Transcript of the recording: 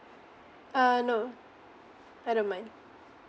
uh no I don't mind